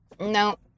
No